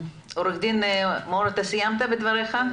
תודה.